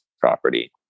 property